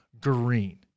Green